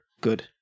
Good